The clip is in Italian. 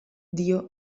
dio